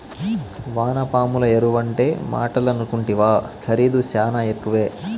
వానపాముల ఎరువంటే మాటలనుకుంటివా ఖరీదు శానా ఎక్కువే